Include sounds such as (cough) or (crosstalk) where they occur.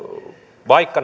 vaikka (unintelligible)